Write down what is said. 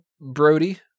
Brody